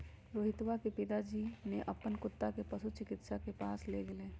रोहितवा के पिताजी ने अपन कुत्ता के पशु चिकित्सक के पास लेगय लय